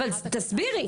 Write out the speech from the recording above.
אבל, תסבירי.